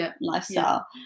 lifestyle